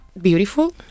Beautiful